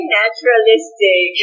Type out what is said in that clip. naturalistic